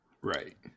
Right